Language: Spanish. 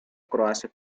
croacia